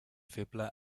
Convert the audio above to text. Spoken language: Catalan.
feble